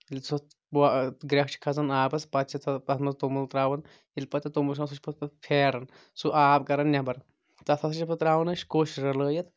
ییٚلہِ سُہ گرٮ۪کھ چھِ کھسان آبَس پَتہٕ چھِ تَتھ منٛز توٚمُل تراوان ییٚلہِ پتہٕ یہِ توٚمُل سُہ چھُ یِوان سُہ چھُ پَتہٕ سُہ پھیاران سُہ آب کرن نٮ۪بر تَتھ ہسا چھِ پتہٕ تراوان اَسہِ کوٚش رَلٲوِتھ